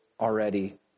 already